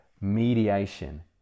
mediation